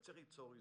ננסה ליצור איזון.